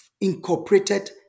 incorporated